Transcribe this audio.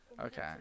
Okay